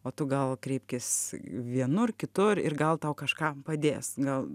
o tu gal kreipkis vienur kitur ir gal tau kažką padės gal